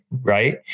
Right